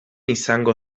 izango